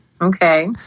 Okay